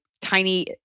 tiny